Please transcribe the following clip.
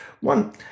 One